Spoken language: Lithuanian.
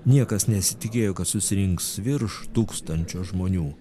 niekas nesitikėjo kad susirinks virš tūkstančio žmonių